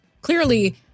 clearly